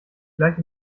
gleich